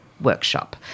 workshop